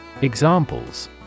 Examples